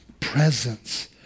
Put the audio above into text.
presence